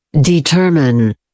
Determine